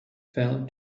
fell